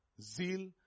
Zeal